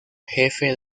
jefe